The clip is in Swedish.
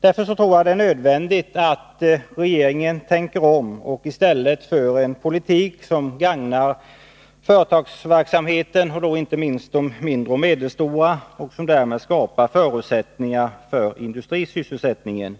Därför tror jag att det är nödvändigt att regeringen tänker om och för en politik som gagnar företagsverksamheten och då inte minst de mindre och medelstora företagen. Därmed skapas förutsättningar för industrisysselsättning.